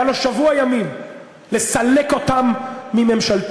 היה לו שבוע ימים לסלק אותם מממשלתו,